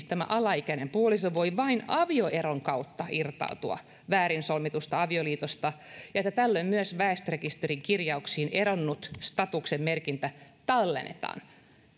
tämä alaikäinen puoliso voi vain avioeron kautta irtautua väärin solmitusta avioliitosta ja että tällöin myös väestörekisterin eronnut statuksen merkintä tallennetaan